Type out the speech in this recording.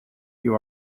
you